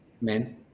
men